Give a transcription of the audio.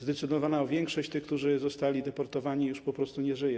Zdecydowana większość tych, którzy zostali deportowani, po prostu już nie żyje.